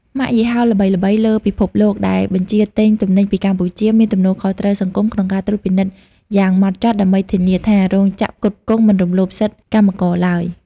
ម៉ាកយីហោល្បីៗលើពិភពលោកដែលបញ្ជាទិញទំនិញពីកម្ពុជា មានទំនួលខុសត្រូវសង្គមក្នុងការត្រួតពិនិត្យយ៉ាងហ្មត់ចត់ ដើម្បីធានាថារោងចក្រផ្គត់ផ្គង់មិនរំលោភសិទ្ធិកម្មករឡើយ។